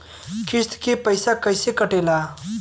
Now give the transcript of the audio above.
किस्त के पैसा कैसे कटेला?